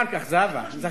אחר כך, זהבה.